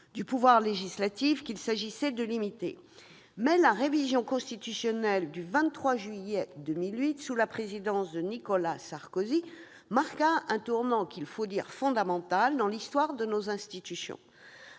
du pouvoir législatif, qu'il s'agissait de limiter. La révision constitutionnelle du 23 juillet 2008, sous la présidence de Nicolas Sarkozy, marqua un tournant fondamental dans l'histoire de nos institutions.